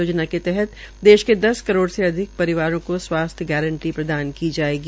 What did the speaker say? योजना के तहत देश के दस करोड़ से अधिक परिवारों को स्वास्थ्य गारंटी प्रदान की जायेगी